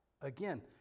again